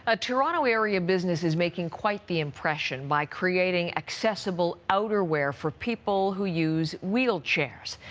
a toronto area business is making quite the impression by creating accessible outerwear for people who use wheelchairs.